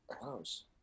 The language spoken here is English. house